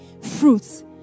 fruits